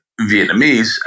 Vietnamese